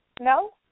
No